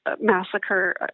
massacre